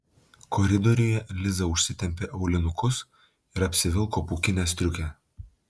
koridoriuje liza užsitempė aulinukus ir apsivilko pūkinę striukę